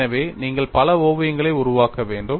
எனவே நீங்கள் பல ஓவியங்களை உருவாக்க வேண்டும்